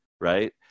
right